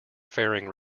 faring